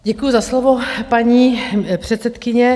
Děkuji za slovo, paní předsedkyně.